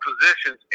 positions